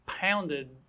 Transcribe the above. pounded